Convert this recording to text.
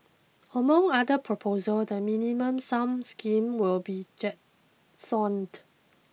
among other proposals the minimum sum scheme will be jettisoned